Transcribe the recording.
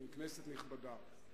כנסת נכבדה,